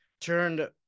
turned